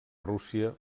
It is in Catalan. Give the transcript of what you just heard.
rússia